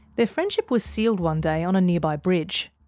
their friendship was sealed one day on a nearby bridge.